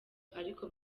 ariko